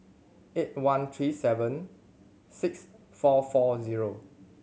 eight one three seven six four four zero